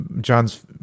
John's